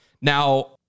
Now